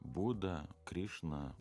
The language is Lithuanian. buda krišna